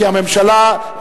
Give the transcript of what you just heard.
כי הממשלה,